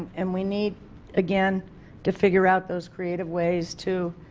and we need again to figure out those creative ways to